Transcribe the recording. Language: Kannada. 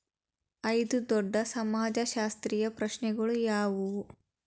ಐದು ದೊಡ್ಡ ಸಮಾಜಶಾಸ್ತ್ರೀಯ ಪ್ರಶ್ನೆಗಳು ಯಾವುವು?